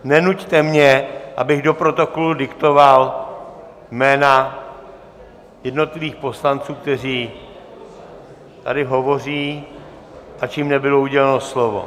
Nenuťte mě, abych do protokolu diktoval jména jednotlivých poslanců, kteří tady hovoří, ač jim nebylo uděleno slovo.